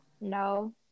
No